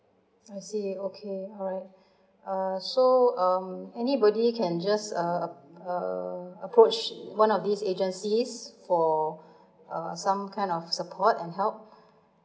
I see okay alright uh so um anybody can just uh a~ uh approach one of this agencies for err some kind of support and help